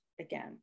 again